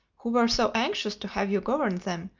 who were so anxious to have you govern them,